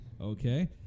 Okay